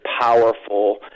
powerful